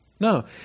No